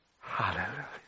Hallelujah